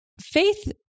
faith